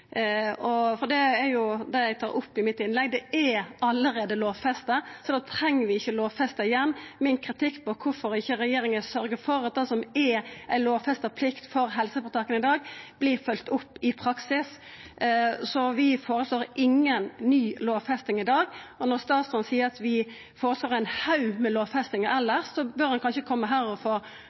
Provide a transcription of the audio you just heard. det med utskriving. Det var det eg tok opp i mitt innlegg: Det er allereie lovfesta, så det treng vi ikkje lovfesta igjen. Min kritikk går på kvifor regjeringa ikkje sørgjer for at det som er ei lovfesta plikt for helseføretaka i dag, vert følgt opp i praksis. Vi føreslår ikkje ny lovfesting i dag. Når statsråden seier at vi føreslår ein haug med lovfestingar elles, bør han kanskje koma og